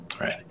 right